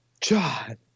John